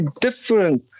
different